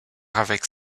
avec